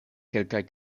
kelkaj